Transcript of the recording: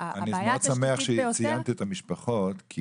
אני מאוד שמח שציינת את המשפחות כי